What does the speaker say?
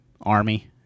Army